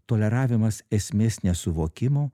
toleravimas esmės nesuvokimo